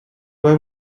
why